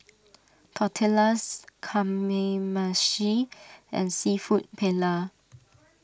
Tortillas Kamameshi and Seafood Paella